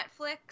Netflix